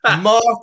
Mark